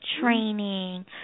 training